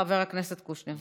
חבר הכנסת קושניר.